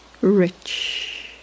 rich